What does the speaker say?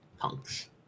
Punks